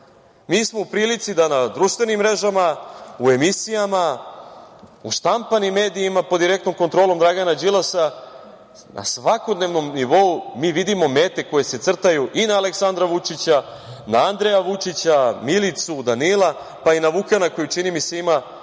mi smo u prilici da na društveni mrežama, u emisijama, u štampanim medijima pod direktnom kontrolom Dragana Đilasa na svakodnevnom nivou vidimo mete koje se crtaju i na Aleksandra Vučića, na Andreja Vučića, Milicu, Danila, pa i na Vukana koji čini mi se ima